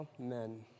Amen